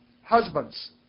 Husbands